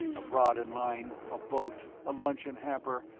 a rod and line, a boat, a luncheon hamper,